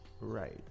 Right